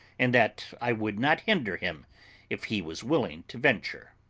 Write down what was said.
and that i would not hinder him if he was willing to venture.